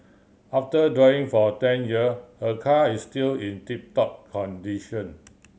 after driving for ten year her car is still in tip top condition